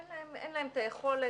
אין להן את היכולת,